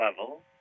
level